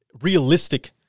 realistic